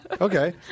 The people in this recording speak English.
okay